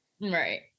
Right